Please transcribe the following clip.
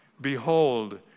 behold